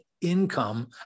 income